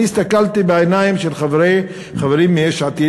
אני הסתכלתי בעיניים של חברים מיש עתיד,